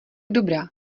dobrá